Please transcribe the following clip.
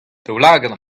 daoulagad